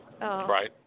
Right